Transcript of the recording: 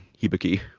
Hibiki